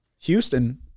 Houston—